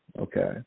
okay